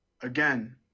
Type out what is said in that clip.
again